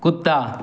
कुत्ता